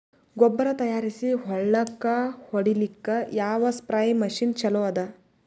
ಗೊಬ್ಬರ ತಯಾರಿಸಿ ಹೊಳ್ಳಕ ಹೊಡೇಲ್ಲಿಕ ಯಾವ ಸ್ಪ್ರಯ್ ಮಷಿನ್ ಚಲೋ ಅದ?